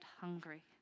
hungry